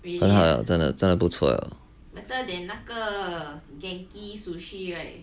真的真的不错了